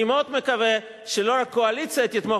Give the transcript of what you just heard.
אני מאוד מקווה שלא רק הקואליציה תתמוך